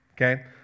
Okay